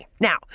now